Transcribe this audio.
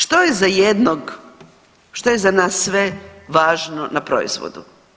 Što je za jednog, što je za nas sve važno na proizvodu.